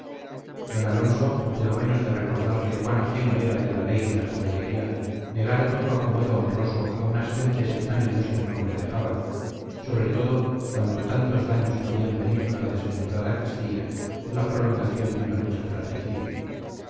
don alonso no pudo menos de recordarle cuán ajeno era de la ley de la caballería negar todo acomodo honroso a unas gentes que tan ilustre nombre dejaban sobre todo cuando tantos daños podían venir a la desventurada castilla de la prolongación de una lucha fratricida